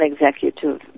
executive